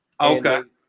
okay